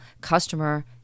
customer